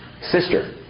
sister